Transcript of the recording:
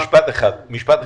משפט אחד ברשותך.